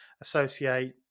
associate